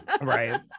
right